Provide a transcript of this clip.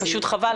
פשוט חבל.